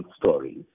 stories